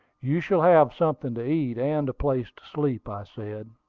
you shall have something to eat, and place to sleep, i said.